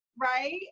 Right